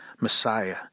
Messiah